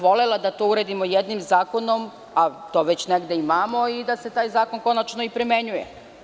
Volela bih da to uredimo jednim zakonom, a to već negde imamo i da se taj zakon konačno i primenjuje.